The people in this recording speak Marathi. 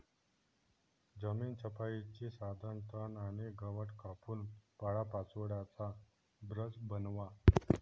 जमीन छपाईचे साधन तण आणि गवत कापून पालापाचोळ्याचा ब्रश बनवा